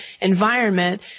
environment